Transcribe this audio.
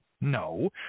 No